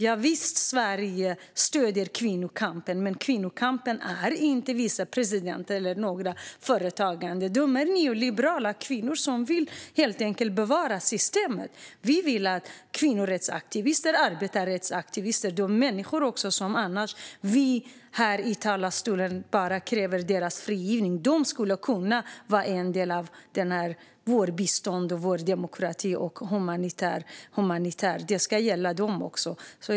Javisst, Sverige stöder kvinnokampen, men kvinnokampen är inte vicepresidenten eller några företagare som är neoliberala kvinnor som helt enkelt vill bevara systemet. Vi vill att kvinnorättsaktivister, arbetsrättsaktivister och andra människor som vi här i talarstolen kräver ska friges ska få ta del av vårt bistånd, vår demokrati och vår humanitära hjälp. Det ska gälla dem också.